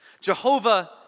Jehovah